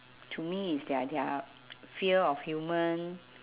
to me is their their fear of human